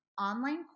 online